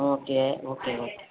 okay okay okay